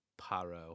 Paro